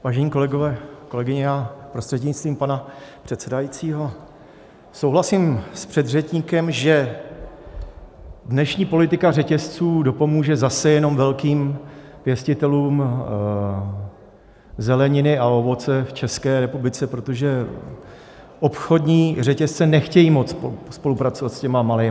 Vážení kolegové, kolegyně, prostřednictvím pana předsedajícího, souhlasím s předřečníkem, že dnešní politika řetězců dopomůže zase jenom velkým pěstitelům zeleniny a ovoce v České republice, protože obchodní řetězce nechtějí moc spolupracovat s těmi malými.